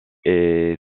est